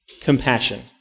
compassion